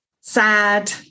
sad